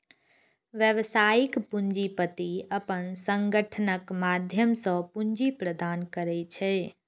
व्यावसायिक पूंजीपति अपन संगठनक माध्यम सं पूंजी प्रदान करै छै